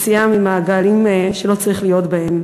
יציאה ממעגלים שלא צריך להיות בהם.